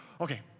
Okay